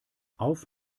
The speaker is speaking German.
auf